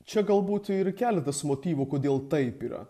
čia galbūt ir keletas motyvų kodėl taip yra